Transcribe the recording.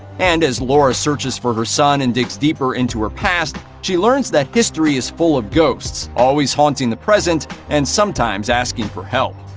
and as laura searchers for her son and digs deeper into her past, she learns that history is full of ghosts, always haunting the present, and sometimes asking for help.